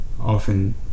often